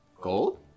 Gold